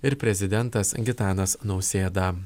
ir prezidentas gitanas nausėda